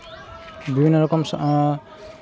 ᱵᱤᱵᱷᱤᱱᱱᱚ ᱨᱚᱠᱚᱢ